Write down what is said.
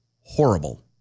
horrible